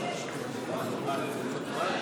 מראה מלבב.